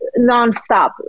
nonstop